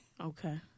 Okay